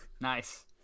Nice